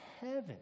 heaven